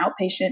outpatient